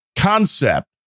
concept